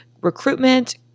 recruitment